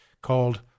called